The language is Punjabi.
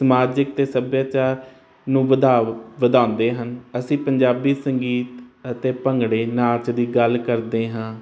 ਸਮਾਜਿਕ ਤੇ ਸਭਿਆਚਾਰ ਨੂੰ ਵਧਾਉਂਦੇ ਹਨ ਅਸੀਂ ਪੰਜਾਬੀ ਸੰਗੀਤ ਅਤੇ ਭੰਗੜੇ ਨਾਰਸ ਦੀ ਗੱਲ ਕਰਦੇ ਹਾਂ ਦੋਵੇਂ ਪਹਿਚਾਨਾ